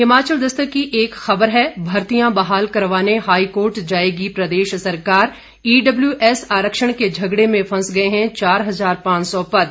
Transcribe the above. हिमाचल दस्तक की एक खबर है भर्तियां बहाल करवाने हाईकोर्ट जाएगी प्रदेश सरकार ईडब्ल्यूएस आरक्षण के झगड़े में फंस गए हैं चार हजार पांच सौ पद